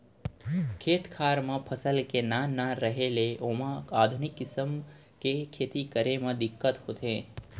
खेत खार म फसल के नान नान रहें ले ओमा आधुनिक किसम के खेती करे म दिक्कत होथे